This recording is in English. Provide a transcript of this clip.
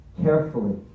carefully